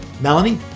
Melanie